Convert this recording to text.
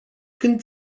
când